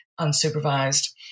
unsupervised